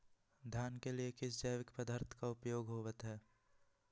धान के लिए किस जैविक पदार्थ का उपयोग होवत है?